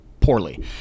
poorly